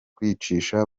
kwicisha